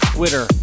Twitter